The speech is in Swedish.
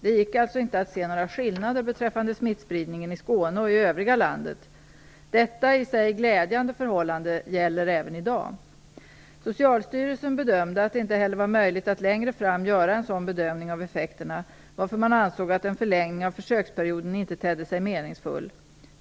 Det gick alltså inte att se några skillnader beträffande smittspridningen i Skåne och i övriga landet. Detta i sig glädjande förhållande gäller även i dag. Socialstyrelsen bedömde att det inte heller var möjligt att längre fram göra en sådan bedömning av effekterna, varför man ansåg att en förlängning av försöksperioden inte tedde sig meningsfull.